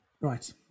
Right